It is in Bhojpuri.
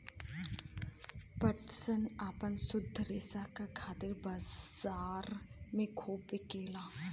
पटसन आपन शुद्ध रेसा क खातिर बजार में खूब बिकेला